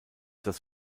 das